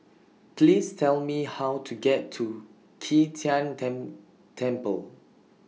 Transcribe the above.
Please Tell Me How to get to Qi Tian Tan Temple